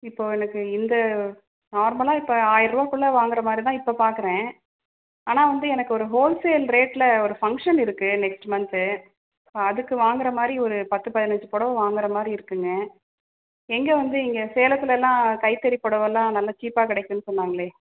இப்போ எனக்கு இந்த நார்மலாக இப்போ ஆயருபாக்குள்ளே வாங்குகிற மாதிரிதான் இப்போ பார்க்கறேன் ஆனால் வந்து எனக்கு ஒரு ஹோல் சேல் ரேட்டில் ஒரு ஃபங்க்ஷன் இருக்கு நெக்ஸ்ட் மந்த்து ஸோ அதுக்கு வாங்கிற மாதிரி ஒரு பத்து பதினஞ்சு புடவ வாங்கிற மாதிரி இருக்குங்க எங்கே வந்து இங்கே சேலத்துலலாம் கைத்தறி புடவல்லாம் நல்ல சீப்பாக கிடைக்குன்னு சொன்னாங்களே